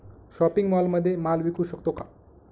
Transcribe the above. Shopping मॉलमध्ये माल विकू शकतो का?